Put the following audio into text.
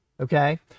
okay